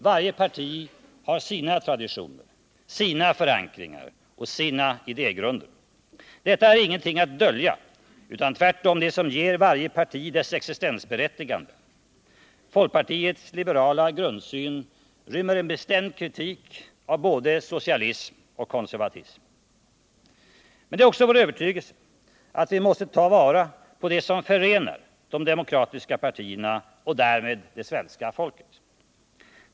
Varje parti har sina traditioner, sina förankringar och sina idégrunder. Detta är ingenting att dölja utan tvärtom det som ger varje parti dess existensberättigande. Folkpartiets liberala grundsyn rymmer en bestämd kritik av både socialism och konservatism. Men det är också vår övertygelse att vi måste ta vara på det som förenar de demokratiska partierna och därmed det svenska folket.